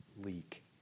leak